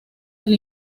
del